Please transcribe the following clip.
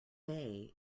day